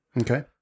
Okay